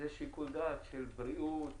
זה שיקול דעת של בריאות